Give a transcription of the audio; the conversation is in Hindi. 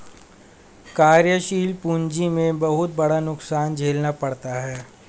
कार्यशील पूंजी में बहुत बड़ा नुकसान झेलना पड़ता है